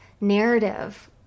narrative